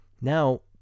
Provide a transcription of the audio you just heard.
Now